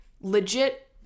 legit